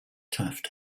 taft